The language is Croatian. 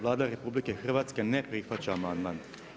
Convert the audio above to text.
Vlada RH ne prihvaća amandman.